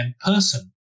person